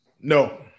No